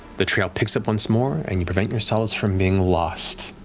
the trail picks up once more, and you prevent yourselves from being lost.